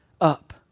up